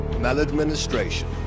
maladministration